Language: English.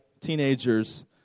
teenagers